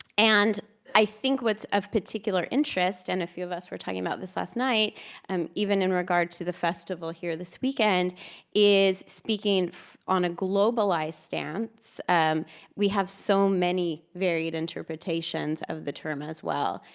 and i think what's of particular interest and a few of us we're talking about this last night um even in regard to the festival here this weekend is speaking on a globalized stance we have so many varied interpretations of the term as well.